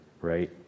right